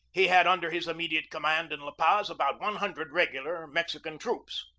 he had under his immediate command in la paz about one hundred regular mexican troops.